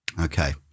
Okay